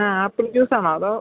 ആ ആപ്പിൾ ജ്യൂസാണോ അതോ